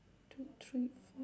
tw~ three